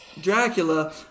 Dracula